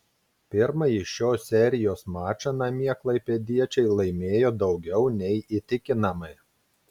pirmąjį šios serijos mačą namie klaipėdiečiai laimėjo daugiau nei įtikinamai